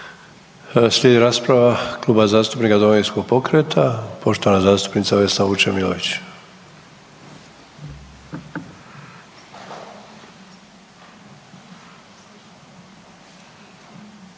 Slijedi rasprava Kluba zastupnika Domovinskog pokreta, poštovana zastupnica Vesna Vučemilović.